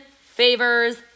favors